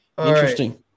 Interesting